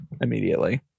immediately